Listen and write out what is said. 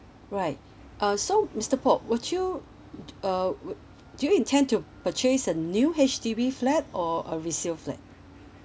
right uh so mister paul would you uh would do you intend to purchase a new H_D_B flat or a resale flat